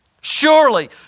surely